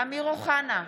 אמיר אוחנה,